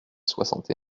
soixante